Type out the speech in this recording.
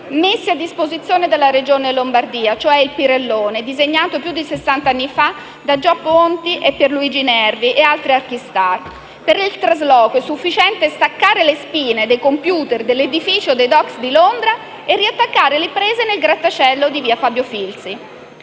messi a disposizione dalla Regione Lombardia, cioè il grattacielo Pirelli, disegnato più di sessant'anni fa da Giò Ponti, Pier Luigi Nervi e altre *archistar*. Per il trasloco è sufficiente staccare le spine dei *computer* nell'edificio dei Docks di Londra e riattaccare le prese nel grattacielo di via Fabio Filzi.